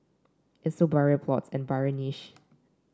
it sold burial plots and burial niches